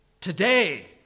Today